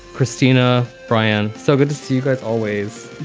christina bryan, so good to see you guys. always.